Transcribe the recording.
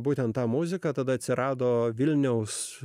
būtent tą muziką tada atsirado vilniaus